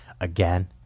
again